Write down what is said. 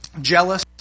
jealous